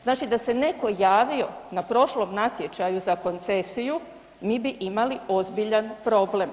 Znači da se netko javio na prošlom natječaju za koncesiju, mi bi imali ozbiljan problem.